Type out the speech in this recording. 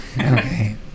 Okay